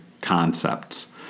concepts